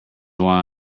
why